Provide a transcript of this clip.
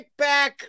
kickback